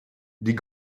die